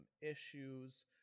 issues